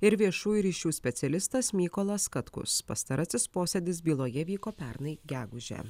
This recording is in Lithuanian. ir viešųjų ryšių specialistas mykolas katkus pastarasis posėdis byloje vyko pernai gegužę